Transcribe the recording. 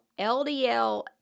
LDL